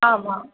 ஆமாம்